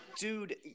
dude